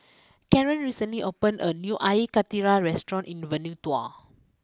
Karan recently opened a new Air Karthira restaurant in Vanuatu